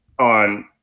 on